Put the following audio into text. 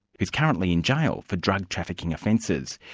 who's currently in jail for drug trafficking offences.